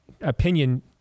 opinion